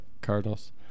Cardinals